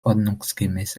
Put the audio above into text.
ordnungsgemäß